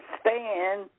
stand